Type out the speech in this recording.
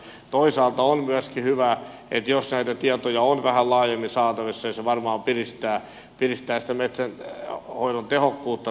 toisaalta on myöskin hyvä että jos näitä tietoja on vähän laajemmin saatavissa niin se varmaan piristää sitä metsänhoidon tehokkuutta